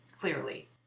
clearly